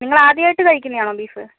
നിങ്ങൾ ആദ്യമായിട്ട് കഴിക്കുന്നതാണോ ബീഫ്